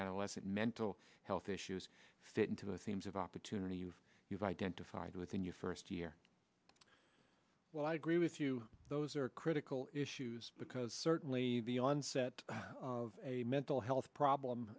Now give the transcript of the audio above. adolescent mental health issues fit into the themes of opportunity you've you've identified with in your first year well i agree with you those are critical issues because certainly the onset of a mental health problem